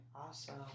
Awesome